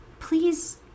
Please